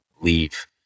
leave